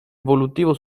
evolutivo